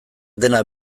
dena